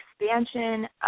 expansion